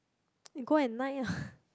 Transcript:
you go at night ah